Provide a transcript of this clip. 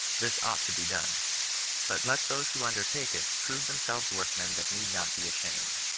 this ought to be done but let those who undertake it prove themselves workmen that need not be ashamed.